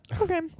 Okay